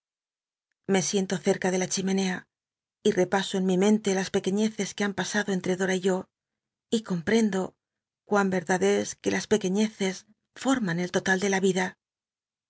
me siento cerca de la chimenea y tepaso en mi mento las pequeñeces que han pasado entre dora y yo y comprendo cuán ycrdad es que las pequeiíeccs forman el total de la yida